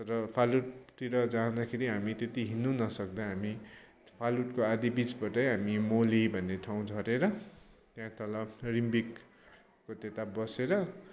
तर फालुटतिर जाँदाखेरि हामी त्यति हिँड्नु नसक्दा हामी फालुटको आधी बिचबाटै हामी मोले भन्ने ठाउँ झरेर त्यहाँ तल रिम्बिकको त्यता बसेर